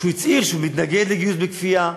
כשהוא הצהיר שהוא מתנגד לגיוס בכפייה,